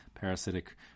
parasitic